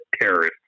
terrorists